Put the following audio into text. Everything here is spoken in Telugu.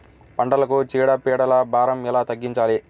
పంటలకు చీడ పీడల భారం ఎలా తగ్గించాలి?